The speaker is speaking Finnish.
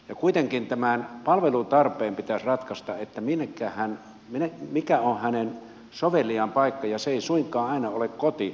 ja kuitenkin tämän palveluntarpeen pitäisi ratkaista mikä on soveliain paikka ja se ei suinkaan aina ole koti